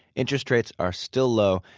interest rates are still low.